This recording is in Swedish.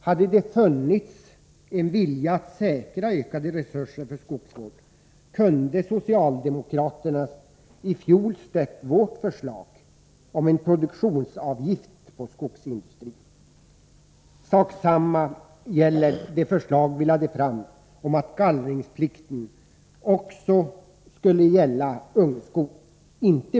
Hade det funnits en vilja att säkra ökade resurser för skogsvård kunde socialdemokraterna i fjol ha stött vårt förslag om en produktionsavgift på skogsindustrin. Sak samma gäller de förslag vi lade fram om att gallringsplikten inte enbart skulle gälla ungskog.